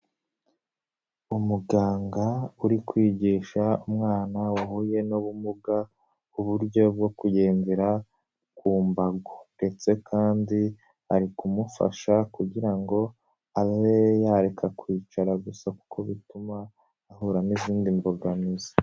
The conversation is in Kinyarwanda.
Umuganga uri kwigisha umwana wahuye n'ubumuga ,uburyo bwo kugendera ku mbago ,ndetse kandi ari kumufasha kugira ngo abe yareka kwicara gusa, kuko bituma ahura n'izindi mbogamizi.